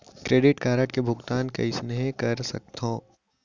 Credit card के भुगतान कइसने कर सकथो?